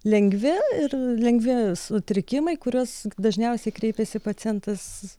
lengvi ir lengvi sutrikimai kuriuos dažniausiai kreipiasi pacientas